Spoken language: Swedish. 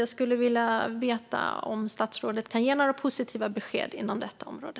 Jag skulle vilja veta om statsrådet kan ge några positiva besked inom detta område.